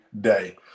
day